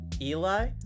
Eli